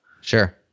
sure